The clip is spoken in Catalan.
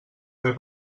haver